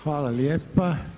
Hvala lijepa.